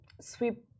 sweep